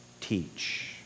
teach